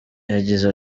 yagize